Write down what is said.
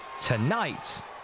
tonight